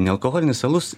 nealkoholinis alus